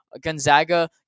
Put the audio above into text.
Gonzaga